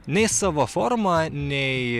nei savo forma nei